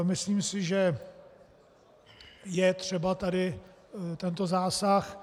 Myslím si, že je třeba tady tento zásah.